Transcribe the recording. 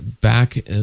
back